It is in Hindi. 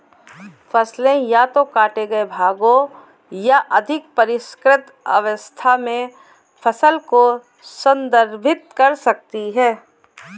फसलें या तो काटे गए भागों या अधिक परिष्कृत अवस्था में फसल को संदर्भित कर सकती हैं